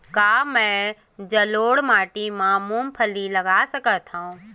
का मैं जलोढ़ माटी म मूंगफली उगा सकत हंव?